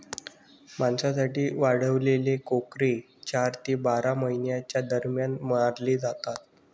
मांसासाठी वाढवलेले कोकरे चार ते बारा महिन्यांच्या दरम्यान मारले जातात